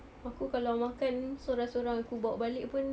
aku kalau makan seorang seorang aku balik pun